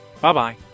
Bye-bye